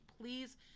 please